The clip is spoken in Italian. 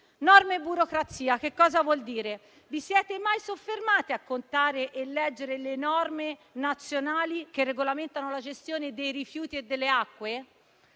«norme e burocrazia»? Onorevoli colleghi, vi siete mai soffermati a contare e a leggere le norme nazionali che regolamentano la gestione dei rifiuti e delle acque?